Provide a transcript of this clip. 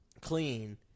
clean